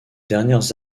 dernières